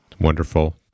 Wonderful